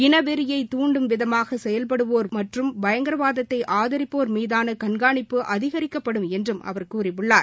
இனவெறியைத் தாண்டும் விதமாக செயல்படுவோர் மற்றும் பயங்கரவாதத்தை ஆதரிப்போர் மீதான கண்காணிப்பு அதிகரிக்கப்படும் என்றும் அவர் கூறியுள்ளார்